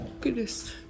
goodness